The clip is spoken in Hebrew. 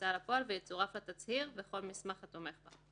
ההוצאה לפועל ויצורף לה תצהיר וכל מסמך התומך בה.